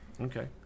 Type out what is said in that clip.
okay